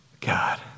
God